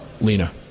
Lena